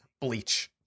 Bleach